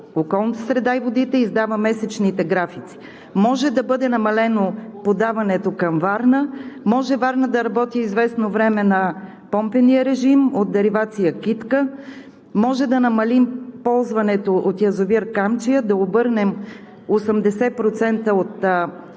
околната среда и водите издава месечните графици. Може да бъде намалено подаването към Варна, може Варна да работи известно време на помпения режим от деривация „Китка“. Може да намалим ползването от язовир „Камчия“, да обърнем 80% от